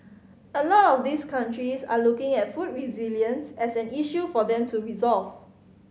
a lot of these countries are looking at food resilience as an issue for them to resolve